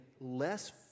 less